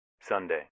Sunday